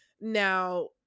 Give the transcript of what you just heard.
Now